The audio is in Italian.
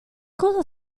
cosa